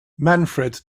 manfred